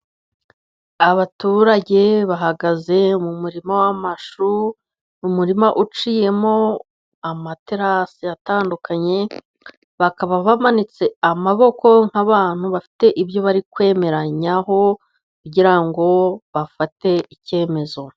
Abaturage bahagaze mu murima w'amashu, mu murima uciyemo amaterasi atandukanye bakaba bamanitse amaboko, nk'abantu bafite ibyo bari kwemeranyaho , kugira ngo bafate icyemezo.